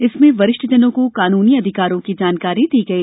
इसमें वरिष्ठजनों को कानूनी अधिकारों की जानकारी दी गई